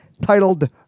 titled